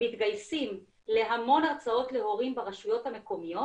מתגייסים להמון הרצאות להורים ברשויות המקומיות